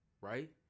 Right